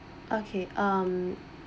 okay um